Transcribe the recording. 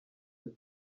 ati